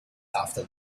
after